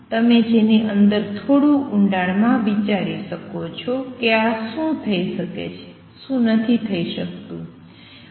તમે જેની અંદર થોડું ઊંડાણ માં વિચારી શકો છો કે શું થઈ શકે છે શું નથી થઈ શકતું